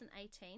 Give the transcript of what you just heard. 2018